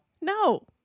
no